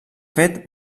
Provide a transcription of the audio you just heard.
fet